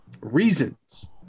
reasons